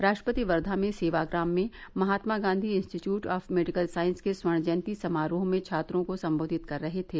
राष्ट्रपति वर्धा में सेवाग्राम में Mahatma Gandhi institute of medical science के स्वर्ण जयंती समारोह में छात्रों को संबोधित कर रहे थे